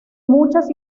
muchas